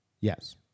Yes